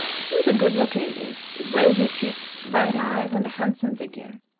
he was a good-looking youth, with rosy cheeks, bright eyes, and a handsome figure.